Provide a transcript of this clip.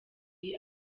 iyi